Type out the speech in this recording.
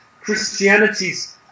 Christianity's